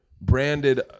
branded